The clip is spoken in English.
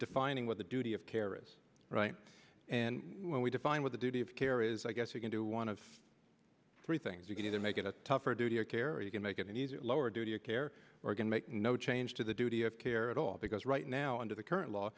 defining what the duty of care is right and when we define what the duty of care is i guess you can do one of three things you can either make it a tougher duty or carry you can make it an easier lower duty of care and make no change to the duty of care at all because right now under the current law